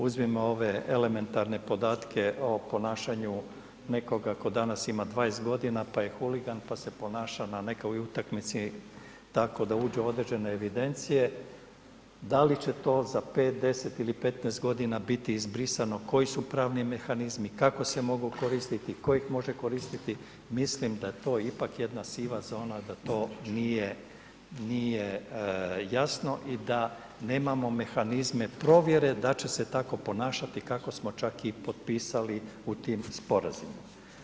Uzmimo ove elementarne podatke o ponašanju nekoga tko danas ima 20 godina pa je huligan, pa se ponaša na nekoj utakmici tako da uđe u određene evidencije, da li će to za 5, 10 ili 15 godina biti izbrisano, koji su pravni mehanizmi, kako se mogu koristiti, tko ih može koristiti, mislim da to ipak jedna siva zona da to nije, nije jasno i da nemamo mehanizme provjere da će se tako ponašati kako smo čak i potpisali u tim sporazumima.